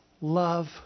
love